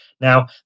Now